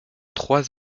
trois